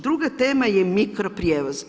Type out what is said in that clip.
Druga tema je mikro prijevoz.